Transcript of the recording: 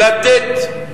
לתת,